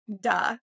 Duh